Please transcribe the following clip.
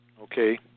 Okay